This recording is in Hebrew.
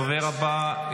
הדובר הבא,